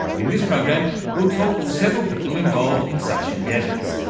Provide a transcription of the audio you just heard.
in this program we'll talk with several people involved in such endeavours,